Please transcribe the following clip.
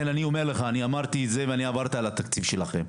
אני עברתי על התקציב שלכם,